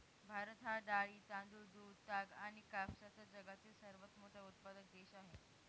भारत हा डाळी, तांदूळ, दूध, ताग आणि कापसाचा जगातील सर्वात मोठा उत्पादक देश आहे